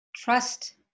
Trust